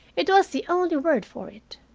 it was the only word for it.